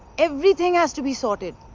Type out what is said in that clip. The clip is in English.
everything has to be sorted.